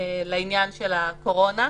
לעניין הקורונה.